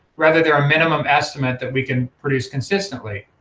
rather they are minimum estimates that we can produce consistently.